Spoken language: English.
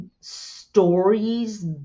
stories